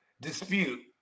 dispute